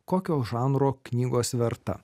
kokio žanro knygos verta